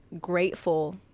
grateful